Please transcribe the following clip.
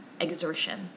exertion